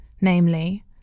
namely